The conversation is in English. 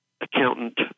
accountant